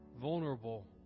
vulnerable